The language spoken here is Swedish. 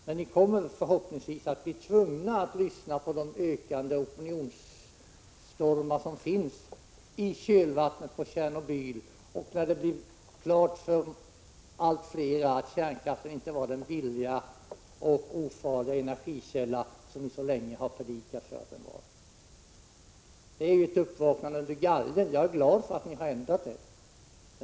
Men ni kommer förhoppningsvis att bli tvungna att lyssna på de ökande opinionsstormar som finns i kölvattnet till Tjernobyl. Det står klart för allt fler att kärnkraften inte var den billiga och ofarliga energikälla som ni så länge har predikat att den var. Det är ett uppvaknande under galgen, men jag är glad att ni har ändrat er.